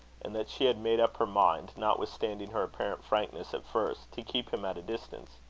and that she had made up her mind, notwithstanding her apparent frankness at first, to keep him at a distance.